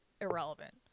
irrelevant